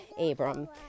Abram